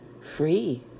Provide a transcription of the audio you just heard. free